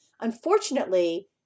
Unfortunately